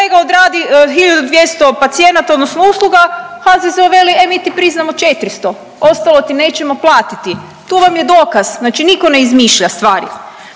kolega odradi 1.200 pacijenata odnosno usluga HZZO veli e mi ti priznamo 400 ostalo ti nećemo platiti. Tu vam je dokaz znači niko ne izmišlja stvari.